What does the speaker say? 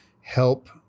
help